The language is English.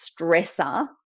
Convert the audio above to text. stressor